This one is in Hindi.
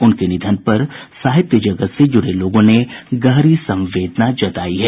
उनके निधन पर साहित्य जगत से जुड़े लोगों ने गहरी संवेदना जतायी है